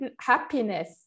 happiness